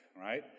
right